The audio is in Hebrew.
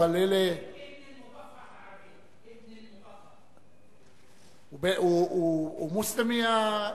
אבל אלה ------ בערבית --- והוא מוסלמי ---?